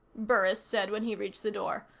burris said when he'd reached the door.